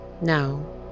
Now